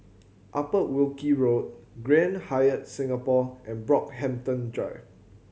Upper Wilkie Road Grand Hyatt Singapore and Brockhampton Drive